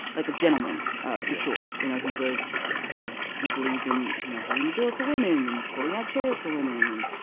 like a gentleman ah for sure. you know he was you know he believed in you know holding the door for women and pulling out chairs for women. and